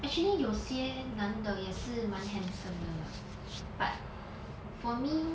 actually 有些男的也是蛮 handsome 的啦 but for me